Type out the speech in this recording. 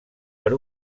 per